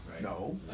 No